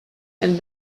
and